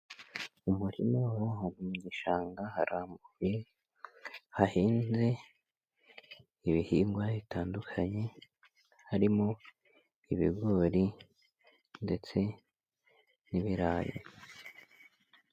Mu muririma uri ahantu mu gishanga, hari amabuye, hahinze ibihingwa bitandukanye, harimo ibigori ndetse n'ibirayi.